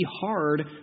hard